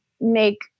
make